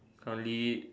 currently